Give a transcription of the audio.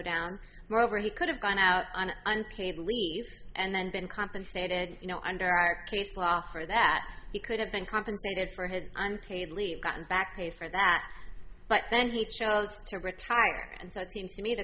down moreover he could have gone out on unpaid leave and then been compensated you know under our case law for that he could have been compensated for his i'm paid leave gotten back pay for that but then he chose to retire and so it seems to m